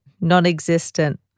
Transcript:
non-existent